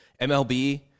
MLB